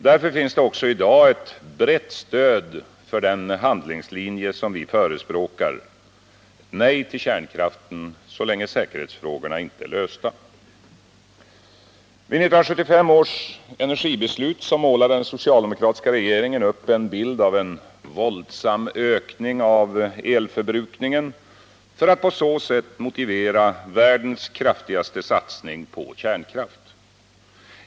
Därför finns det också i dag ett brett stöd för den handlingslinje som vi förespråkar: ett nej till kärnkraften så länge säkerhetsfrågorna inte är lösta. Vid 1975 års energibeslut målade den socialdemokratiska regeringen upp en bild av en våldsam ökning av elförbrukningen för att på så sätt motivera världens kraftigaste satsning på kärnkraft.